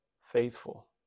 faithful